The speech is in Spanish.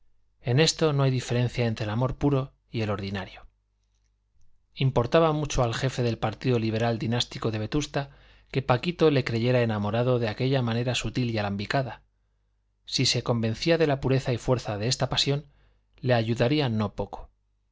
en esto no hay diferencia entre el amor puro y el ordinario importaba mucho al jefe del partido liberal dinástico de vetusta que paquito le creyera enamorado de aquella manera sutil y alambicada si se convencía de la pureza y fuerza de esta pasión le ayudaría no poco